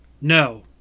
No